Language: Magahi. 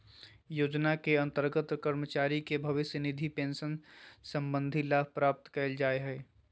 योजना के अंतर्गत कर्मचारी के भविष्य निधि पेंशन संबंधी लाभ प्रदान कइल जा हइ